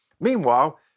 Meanwhile